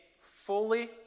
fully